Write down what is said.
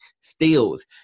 steals